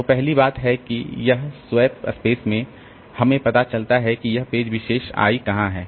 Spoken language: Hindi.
तो पहली बात है कि यह स्वैप स्पेस में हमें पता चलता है कि यह पेज विशेष i कहां है